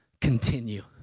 continue